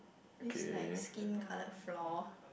this like skin coloured floor